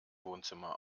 wohnzimmer